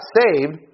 saved